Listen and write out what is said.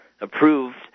approved